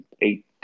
eight